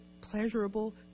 pleasurable